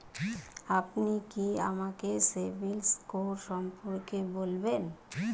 আপনি কি আমাকে সিবিল স্কোর সম্পর্কে বলবেন?